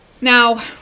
Now